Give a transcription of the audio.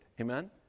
Amen